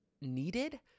needed